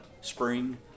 spring